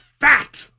fat